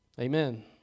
Amen